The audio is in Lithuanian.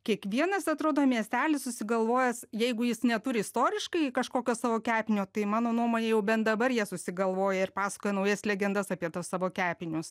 kiekvienas atrodo miestelis susigalvojęs jeigu jis neturi istoriškai kažkokio savo kepinio tai mano nuomone jau bent dabar jie susigalvoja ir pasakoja naujas legendas apie tuos savo kepinius